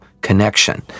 connection